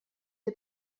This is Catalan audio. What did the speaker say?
que